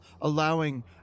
allowing